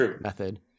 method